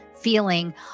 feeling